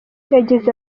yagize